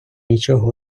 нічого